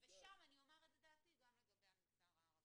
ושם אני אומר את דעתי גם לגבי המגזר הערבי.